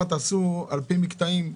תעשו על פי מקטעים,